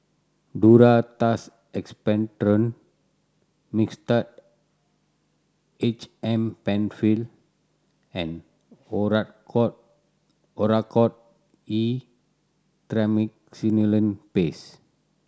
Duro Tuss Expectorant Mixtard H M Penfill and Oracort Oracort E Triamcinolone Paste